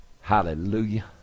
Hallelujah